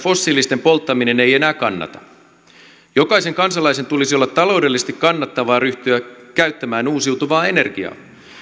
fossiilisten polttaminen ei enää kannata jokaiselle kansalaiselle tulisi olla taloudellisesti kannattavaa ryhtyä käyttämään uusiutuvaa energiaa